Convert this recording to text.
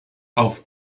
auf